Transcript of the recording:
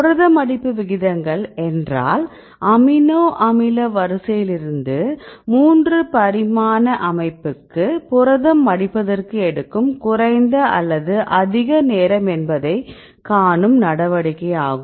புரத மடிப்பு விகிதங்கள் என்றால் அமினோ அமில வரிசையிலிருந்து 3 பரிமாண அமைப்புக்கு புரதம் மடிப்பதற்கு எடுக்கும் குறைந்த அல்லது அதிக நேரம் என்பதை காணும் நடவடிக்கை ஆகும்